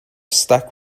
stuck